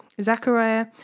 Zachariah